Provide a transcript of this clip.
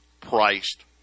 priced